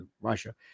Russia